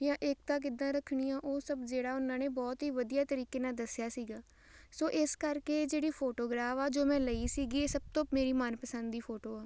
ਜਾਂ ਏਕਤਾ ਕਿੱਦਾਂ ਰੱਖਣੀ ਆ ਉਹ ਸਭ ਜਿਹੜਾ ਉਹਨਾਂ ਨੇ ਬਹੁਤ ਹੀ ਵਧੀਆ ਤਰੀਕੇ ਨਾਲ ਦੱਸਿਆ ਸੀਗਾ ਸੋ ਇਸ ਕਰਕੇ ਜਿਹੜੀ ਫੋਟੋਗ੍ਰਾ ਵਾ ਜੋ ਮੈਂ ਲਈ ਸੀਗੀ ਇਹ ਸਭ ਤੋਂ ਮੇਰੀ ਮਨਪਸੰਦ ਦੀ ਫੋਟੋ ਆ